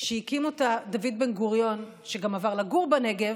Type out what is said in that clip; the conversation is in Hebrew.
שהקים דוד בן-גוריון, שגם עבר לגור בנגב,